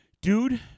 Dude